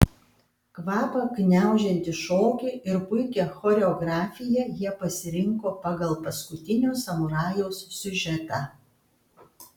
kvapą gniaužiantį šokį ir puikią choreografiją jie pasirinko pagal paskutinio samurajaus siužetą